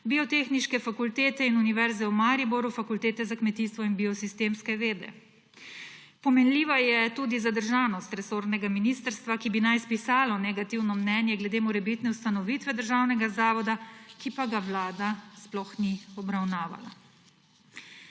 Biotehniške fakultete, in Univerze v Mariboru, Fakultete za kmetijstvo in biosistemske vede. Pomenljiva je tudi zadržanost resornega ministrstva, ki bi naj spisalo negativno mnenje glede morebitne ustanovitve državnega zavoda, ki pa ga Vlada sploh ni obravnavala.